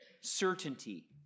certainty